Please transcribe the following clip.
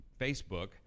Facebook